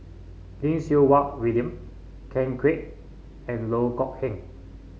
Lim Siew Wai William Ken Kwek and Loh Kok Heng